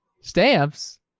Stamps